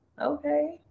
Okay